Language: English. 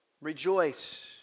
Rejoice